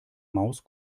maus